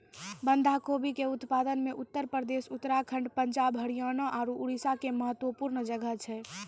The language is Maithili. बंधा गोभी के उत्पादन मे उत्तर प्रदेश, उत्तराखण्ड, पंजाब, हरियाणा आरु उड़ीसा के महत्वपूर्ण जगह छै